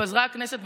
התפזרה הכנסת,